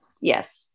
Yes